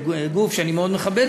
גוף שאני מאוד מכבד,